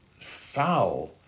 foul